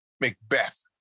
Macbeth